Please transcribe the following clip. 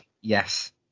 Yes